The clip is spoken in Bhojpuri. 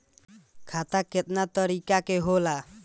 खाता केतना तरीका के होला?